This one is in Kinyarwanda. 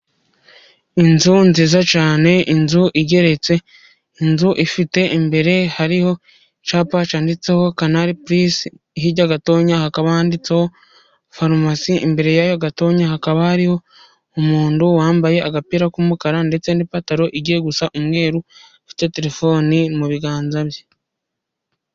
Inzu nziza cyane, inzu igeretse, inzu ifite imbere hariho icyapa cyanditseho kanari purizi, hirya gatonya hakaba handitseho farumasi, imbere yayo gatonya hakaba hari umuntu, wambaye agapira k'umukara ndetse n'ipantaro igiye gusa umweru, ufite terefoni mu biganza bye.